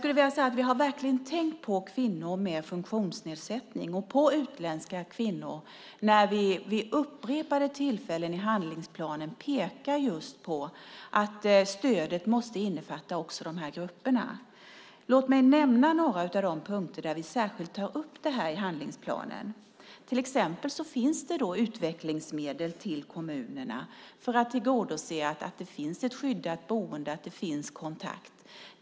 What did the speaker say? Vi har verkligen tänkt på kvinnor med funktionsnedsättning och på utländska kvinnor. På flera ställen i handlingsplanen pekar vi på att stödet måste innefatta också de här grupperna. Låt mig nämna några av de punkter där vi särskilt tar upp det här i handlingsplanen. Till exempel finns det utvecklingsmedel till kommunerna för att tillgodose att det finns ett skyddat boende och att det finns kontakt.